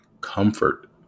comfort